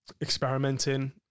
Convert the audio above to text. experimenting